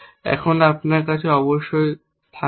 এখন আপনার কাছে অবশ্যই থাকবে